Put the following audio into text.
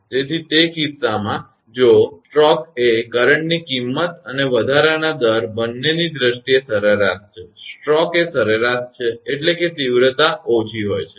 તેથી તે કિસ્સામાં જો સ્ટ્રોક એ કરંટની કિંમત અને વધારાના દર બંનેની દ્રષ્ટિએ સરેરાશ છે સ્ટ્રોક એ સરેરાશ છે એટલે કે તીવ્રતા ઓછી હોય છે